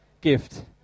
gift